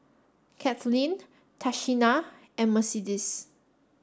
Cathleen Tashina and Mercedes